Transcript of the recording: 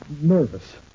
nervous